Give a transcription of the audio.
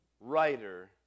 writer